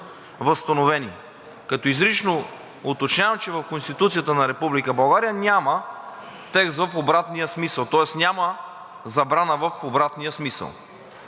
възстановени. Изрично уточнявам, че в Конституцията на Република България няма текст в обратния смисъл. Тоест няма забрана в обратния смисъл.